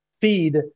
feed